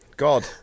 God